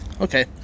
Okay